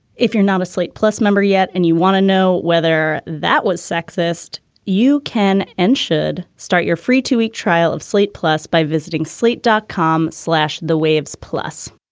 if you're not a slate plus member yet and you want to know whether that was sexist you can and should start your free two week trial of slate plus by visiting slate dot com slash the waves plus